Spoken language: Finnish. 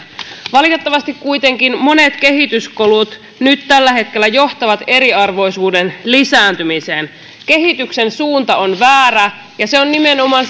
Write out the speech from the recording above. valitettavasti kuitenkin monet kehityskulut tällä hetkellä johtavat eriarvoisuuden lisääntymiseen kehityksen suunta on väärä ja se on nimenomaan